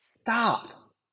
stop